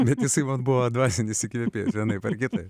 bet jisai man buvo dvasinis įkvėpėjas vienaip ar kitaip